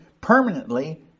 permanently